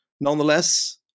Nonetheless